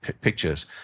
pictures